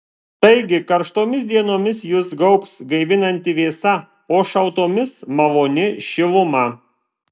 taigi karštomis dienomis jus gaubs gaivinanti vėsa o šaltomis maloni šiluma